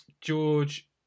George